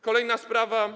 Kolejna sprawa.